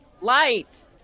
Light